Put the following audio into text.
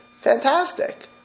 Fantastic